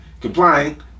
complying